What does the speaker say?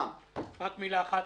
רק מילה אחת,